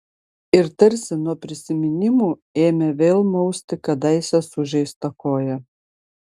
ir tarsi nuo prisiminimų ėmė vėl mausti kadaise sužeistą koją